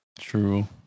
True